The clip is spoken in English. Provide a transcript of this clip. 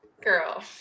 girl